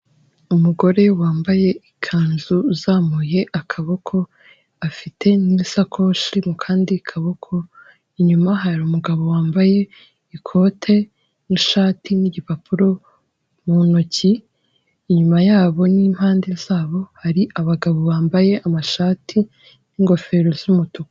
Umugore wambaye ikanzu uzamuye akaboko afite n'isakoshi mukandi kaboko; inyuma hari umugabo wambaye ikote n'ishati n'igipapuro mu ntoki, inyuma ya bo n'impande za bo hari abagabo bambaye amashati n'ingofero z'umutuku.